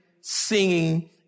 singing